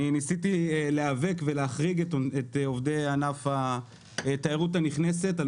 ניסיתי להיאבק ולהחריג את עובדי ענף התיירות הנכנסת.